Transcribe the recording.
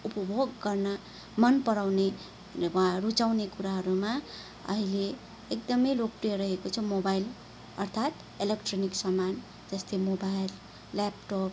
उपभोग गर्न मन पराउने वा रुचाउने कुराहरूमा अहिले एकदमै लोकप्रिय रहेको छ मोबाइल अर्थात् एलेक्ट्रोनिक सामान जस्तै मोबाइल ल्यापटप